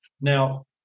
Now